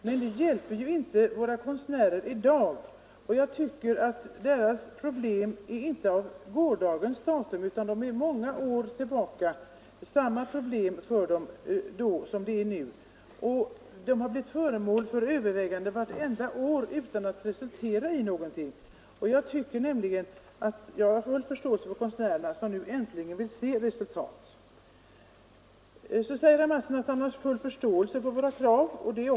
Men det hjälper ju inte våra konstnärer i dag, och deras problem är inte av gårdagens datum, utan det har sedan flera år tillbaka varit samma problem för konstnärerna. Problemen har blivit ”föremål för överväganden” vartenda år utan att det resulterat i någonting. Jag har full förståelse för konstnärerna som nu äntligen vill se resultat. Herr Mattsson å sin sida säger att han har full förståelse för våra krav när det gäller invandrarna.